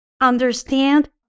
understand